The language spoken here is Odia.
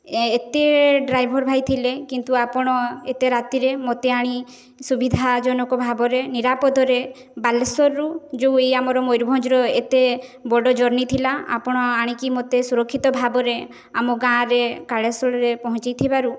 ଏତେ ଡ୍ରାଇଭର ଭାଇ ଥିଲେ କିନ୍ତୁ ଆପଣ ଏତେ ରାତିରେ ମୋତେ ଆଣି ସୁବିଧାଜନକ ଭାବରେ ନିରାପଦରେ ବାଲେଶ୍ୱରରୁ ଯେଉଁ ଏଇ ଆମର ମୟୂରଭଞ୍ଜର ଏତେ ବଡ଼ ଜର୍ଣ୍ଣିଂ ଥିଲା ଆପଣ ଆଣିକି ମତେ ସୁରକ୍ଷିତ ଭାବରେ ଆମ ଗାଁରେ କାଳେଶୂଳିରେ ପହଞ୍ଚିଥିବାରୁ